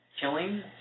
killing